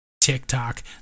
TikTok